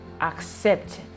accept